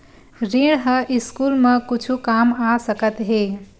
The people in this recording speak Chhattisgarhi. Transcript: ऋण ह स्कूल मा कुछु काम आ सकत हे?